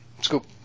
scoop